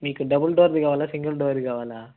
మీకు డబల్ డోర్ది కావాలా సింగల్ డోర్ది కావాలా